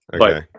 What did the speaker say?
Okay